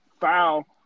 foul